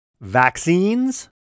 vaccines